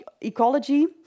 ecology